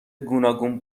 گوناگون